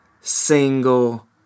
single